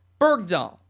Bergdahl